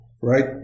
right